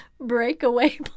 breakaway